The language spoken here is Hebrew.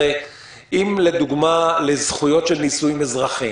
הרי אם לדוגמה זכויות של נישואים אזרחיים,